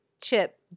Chip